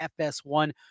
FS1